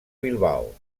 bilbao